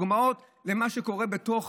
אלו דוגמאות למה שקורה בתוך,